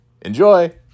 Enjoy